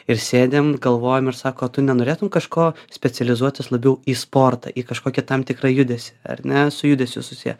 ir sėdim galvojam ir sako tu nenorėtum kažko specializuotis labiau į sportą į kažkokį tam tikrą judesį ar ne su judesiu susiję